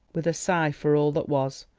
with a sigh for all that was,